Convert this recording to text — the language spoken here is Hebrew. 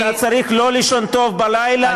אתה צריך לא לישון טוב בלילה,